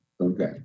Okay